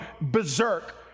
berserk